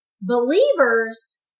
believers